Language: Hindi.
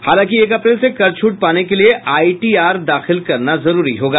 हालांकि एक अप्रैल से कर छूट पाने के लिये आईटीआर दाखिल करना जरूरी होगा